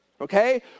okay